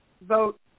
Vote